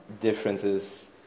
differences